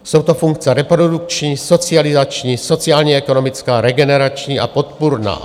Jsou to funkce reprodukční, socializační, sociálněekonomická, regenerační a podpůrná.